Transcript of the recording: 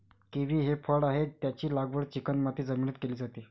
kiwi हे फळ आहे, त्याची लागवड चिकणमाती जमिनीत केली जाते